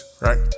right